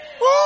Woo